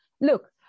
Look